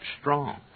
Strong